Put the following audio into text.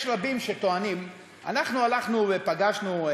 אנחנו הלכנו ופגשנו,